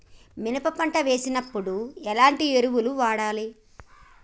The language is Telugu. మినప పంట వేసినప్పుడు ఎలాంటి ఎరువులు వాడాలి?